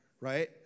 right